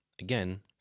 again